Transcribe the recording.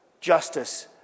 justice